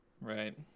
Right